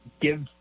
give